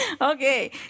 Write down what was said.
Okay